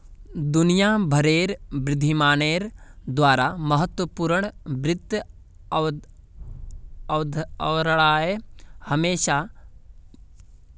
दुनिया भरेर विद्वानेर द्वारा महत्वपूर्ण वित्त अवधारणाएं हमेशा परिभाषित कराल जाते रहल छे